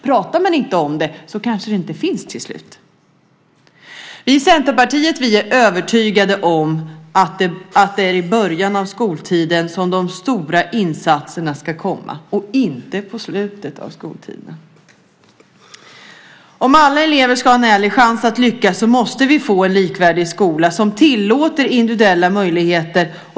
Pratar man inte om det kanske det inte finns till slut. Vi i Centerpartiet är övertygade om att det är i början av skoltiden som de stora insatserna ska komma och inte i slutet av skoltiden. Om alla elever ska ha en ärlig chans att lyckas måste vi få en likvärdig skola som tillåter individuella möjligheter.